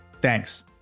Thanks